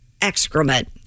excrement